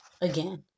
again